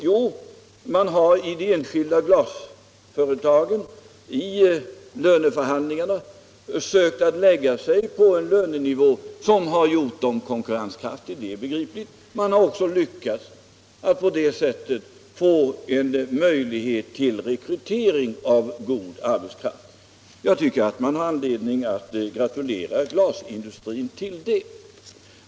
Jo, man har i de enskilda glasföretagen vid löneförhandlingarna försökt att lägga sig på en lönenivå som har gjort dem konkurrenskraftiga — det är begripligt. Man har också lyckats att på detta sätt få en möjlighet till rekrytering av god arbetskraft. Jag tycker att det finns anledning att gratulera glasindustrin till det.